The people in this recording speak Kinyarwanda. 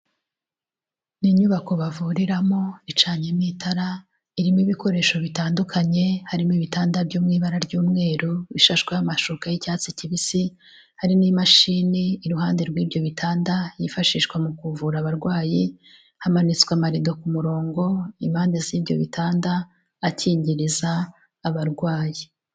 Ni nyubako bavuriramo, icanyemo itara, irimo ibikoresho bitandukanye, harimo ibitanda byo mu ibara ry'umweru, bishashweho amashuka y'icyatsi kibisi, hari n'imashini iruhande rw'ibyo bitanda, yifashishwa mu kuvura abarwayi, hamanitswe amarido ku murongo, impande z'ibyo bitanda, akingiriza abarwayi.